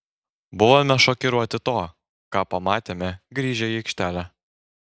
buvome šokiruoti to ką pamatėme grįžę į aikštelę